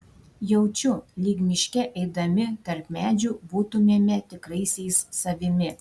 jaučiu lyg miške eidami tarp medžių būtumėme tikraisiais savimi